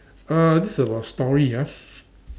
uh this is about story ah